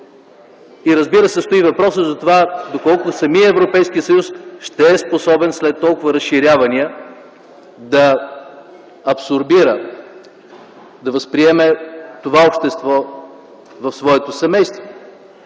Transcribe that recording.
Разбира се, стои въпросът доколко самият Европейски съюз ще е способен, след толкова разширявания, да абсорбира, да възприеме това общество в своето семейство.